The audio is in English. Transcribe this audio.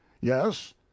Yes